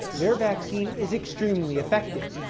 their vaccine is extremely effective.